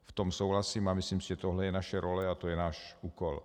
V tom souhlasím a myslím si, že tohle je naše role a to je náš úkol.